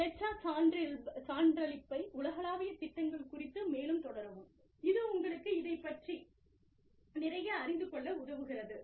HR சான்றளிப்பை உலகளாவிய திட்டங்கள் குறித்து மேலும் தொடரவும் இது உங்களுக்கு இதைப் பற்றி நிறைய அறிந்து கொள்ள உதவுகிறது